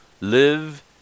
live